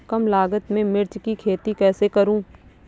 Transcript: कम लागत में मिर्च की खेती कैसे करूँ?